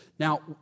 Now